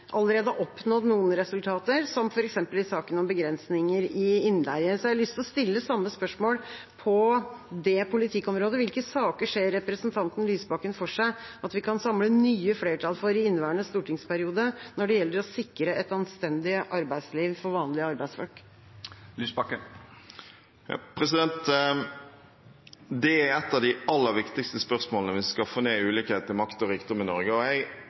allerede oppnådd noen resultater, som f.eks. i saken om begrensninger i innleie. Jeg har lyst til å stille samme spørsmål på det politikkområdet. Hvilke saker ser representanten Lysbakken for seg at vi kan samle nye flertall for i inneværende stortingsperiode når det gjelder å sikre et anstendig arbeidsliv for vanlige arbeidsfolk? Det er et av de aller viktigste spørsmålene hvis vi skal få ned ulikhetene i makt og rikdom i Norge, og jeg